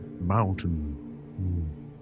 mountain